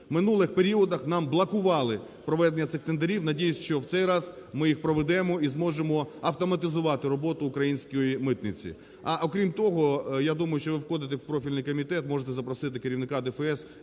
минулих періодах нам блокували проведення цих тендерів, сподіваюсь, що в цей раз ми їх проведемо і зможемо автоматизувати роботу української митниці. А, окрім того, я думаю, що ви входите в профільний комітет, можете запросити керівника ДФС,